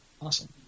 awesome